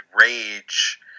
rage